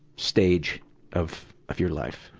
stage of, of your life?